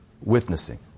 witnessing